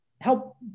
help